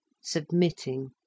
submitting